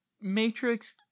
Matrix